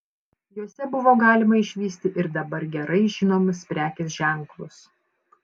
jose buvo galima išvysti ir dabar gerai žinomus prekės ženklus